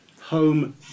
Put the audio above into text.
home